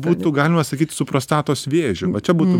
būtų galima sakyt su prostatos vėžiu va čia būtų